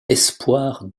espoirs